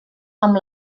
amb